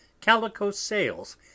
calico-sails